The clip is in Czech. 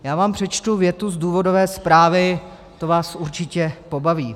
Já vám přečtu větu z důvodové zprávy, to vás určitě pobaví.